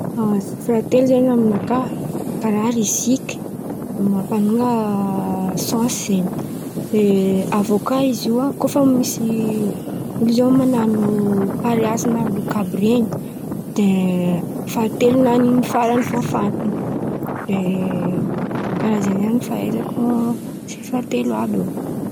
Isa telo zen̈y amy nakà karàha riziky, mampan̈onga sansy zen̈y. De avy eo kà izy io kô fa misy olo zen̈y man̈ano pareazy na loka àby ren̈y de faha telo nany faran̈y fo faran̈y, de karàha zen̈y fahaizako isa faha telo àby io.